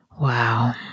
Wow